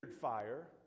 fire